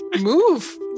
move